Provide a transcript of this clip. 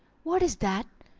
what is that?